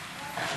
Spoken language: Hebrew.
מאה אחוז.